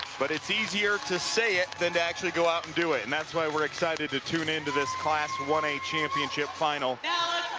but it's easier to say it than to actually go out and do it and that's why we're excited to tune into this class one a championship final now